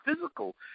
physical